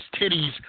titties